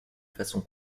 façon